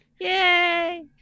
Yay